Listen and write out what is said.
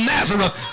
Nazareth